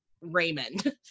Raymond